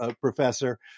professor